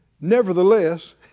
Nevertheless